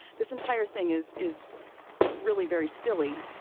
this entire thing is is really very silly.